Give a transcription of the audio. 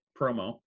promo